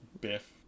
Biff